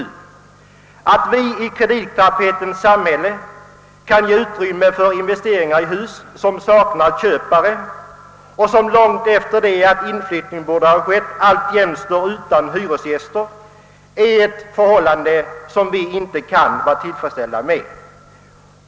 Det förhållandet, att vi i kreditknapphetens samhälle kan ge utrymme för investeringar i hus som saknar köpare och som långt efter det att inflyttning bort ske alltjämt står utan hyresgäster, kan vi inte vara tillfredsställda med.